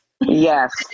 yes